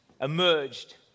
emerged